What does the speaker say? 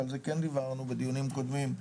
ועל זה כן דיברנו בדיונים קודמים,